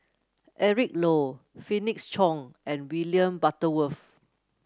Eric Low Felix Cheong and William Butterworth